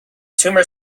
tumor